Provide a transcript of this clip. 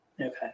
Okay